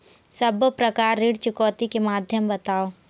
सब्बो प्रकार ऋण चुकौती के माध्यम बताव?